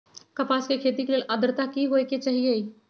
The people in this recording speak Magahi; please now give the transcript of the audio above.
कपास के खेती के लेल अद्रता की होए के चहिऐई?